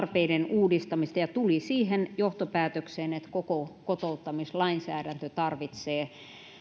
uudistamisen tarpeita ja tuli siihen johtopäätökseen että koko kotouttamislainsäädäntö tarvitsee